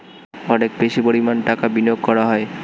অনেক বেশি পরিমাণ টাকা বিনিয়োগ করা হয়